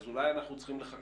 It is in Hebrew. אז אולי אנחנו צריכים לחכות,